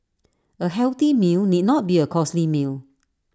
A healthy meal need not be A costly meal